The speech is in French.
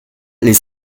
les